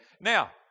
Now